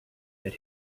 that